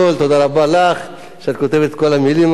תודה רבה לך שאת כותבת את כל המלים האלה,